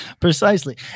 precisely